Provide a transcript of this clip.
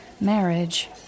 marriage